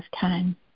time